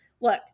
look